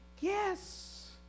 yes